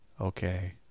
okay